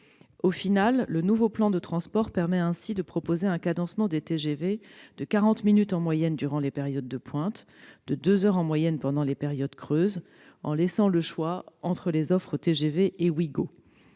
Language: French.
Au final, le nouveau plan de transport permet ainsi de proposer un cadencement des TGV de quarante minutes en moyenne durant les périodes de pointe et de deux heures en moyenne pendant les périodes creuses, en laissant le choix entre les offres TGV et Ouigo.